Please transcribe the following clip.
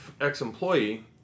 ex-employee